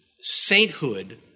sainthood